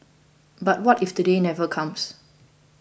but what if that day never comes